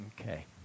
Okay